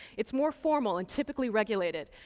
it's more formal, and typically regulated.